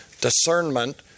Discernment